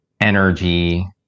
energy